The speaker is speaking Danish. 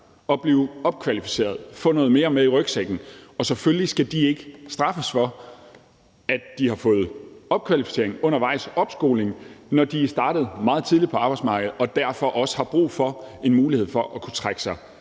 at blive opkvalificeret og få noget mere med i rygsækken. Selvfølgelig skal de ikke straffes for, at de har fået opkvalificering og opskoling undervejs, når de er startet meget tidligt på arbejdsmarkedet og derfor også har brug for en mulighed for at kunne trække sig